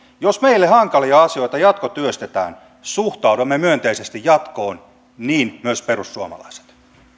jos meille hankalia asioita jatkotyöstetään suhtaudumme myönteisesti jatkoon niin myös perussuomalaiset